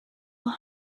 were